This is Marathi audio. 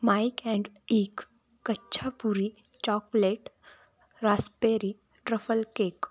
माईक अँड इग कच्छापुरी चॉकलेट रास्बेरी ट्रफल केक